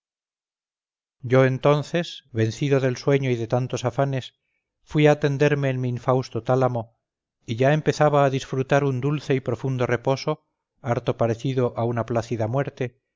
yo entonces vencido del sueño y de tantos afanes fui a tenderme en mi infausto tálamo y ya empezaba a disfrutar un dulce y profundo reposo harto parecido a una plácida muerte